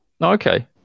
Okay